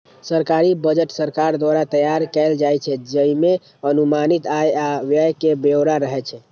सरकारी बजट सरकार द्वारा तैयार कैल जाइ छै, जइमे अनुमानित आय आ व्यय के ब्यौरा रहै छै